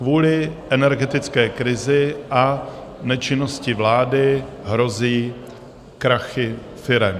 Kvůli energetické krizi a nečinnosti vlády hrozí krachy firem.